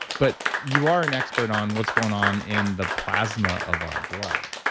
but you are an expert on what's going on in the plasma of our blood.